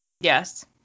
Yes